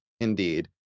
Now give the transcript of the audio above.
Indeed